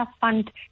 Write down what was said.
fund